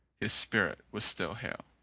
his spirit was still hale.